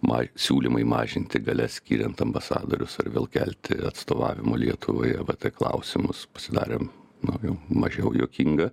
mai siūlymai mažinti galias skiriant ambasadorius ar vėl kelti atstovavimo lietuvoje vat tai klausimus pasidarėm daugiau mažiau juokinga